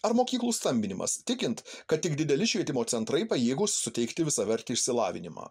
ar mokyklų stambinimas tikint kad tik dideli švietimo centrai pajėgūs suteikti visavertį išsilavinimą